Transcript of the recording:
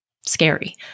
scary